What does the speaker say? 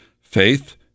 Faith